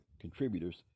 contributors